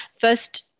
first